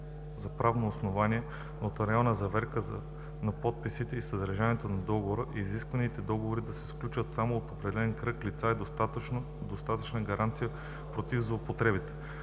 за правно основание, нотариалната заверка на подписите и съдържанието на договора и изискването договори да се сключват само от определен кръг лица е достатъчна гаранция против злоупотреби.